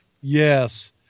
Yes